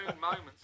moments